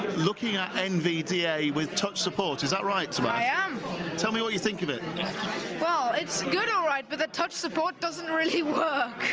looking at nv da with touch support, is that right tobias? so i am tell me what you think of it well it's good alright but the touch support doesn't really work.